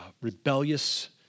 rebellious